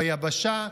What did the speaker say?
ביבשה,